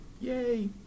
Yay